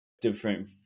different